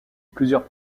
plusieurs